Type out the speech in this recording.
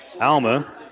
Alma